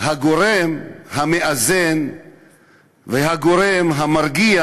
הגורם המאזן והגורם המרגיע,